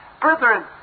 Brethren